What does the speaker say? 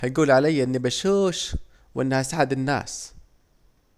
هيجول عليا اني بشوش واني هساعد الناس